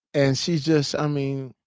and she's just i mean